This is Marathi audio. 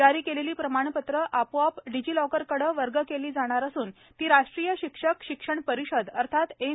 जारी केलेली प्रमाणपत्रे आपोआप डिजीलॉकरकडे वर्ग केली जाणार असून ती राष्ट्रीय शिक्षक शिक्षण परिषद अर्थात एन